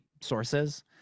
sources